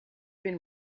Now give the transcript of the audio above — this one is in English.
been